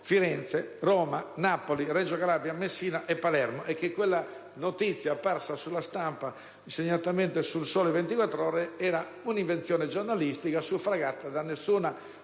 Firenze, Roma, Napoli, Reggio Calabria, Messina e Palermo. Quindi, quella notizia apparsa sulla stampa, segnatamente su «Il Sole 24 Ore», è un'invenzione giornalistica non suffragata da alcuna